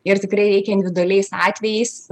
ir tikrai reikia individualiais atvejais